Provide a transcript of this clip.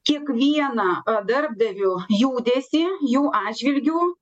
kiekvieną darbdavių judesį jų atžvilgiu